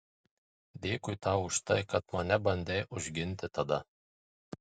dėkui tau už tai kad mane bandei užginti tada